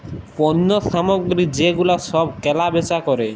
পল্য সামগ্রী যে গুলা সব কেলা বেচা ক্যরে